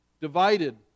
divided